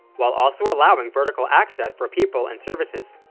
while also allowing vertical access for people and services.